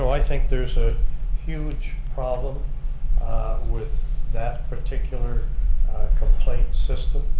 i think there's a huge problem with that particular complaint system.